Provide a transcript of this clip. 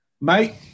mate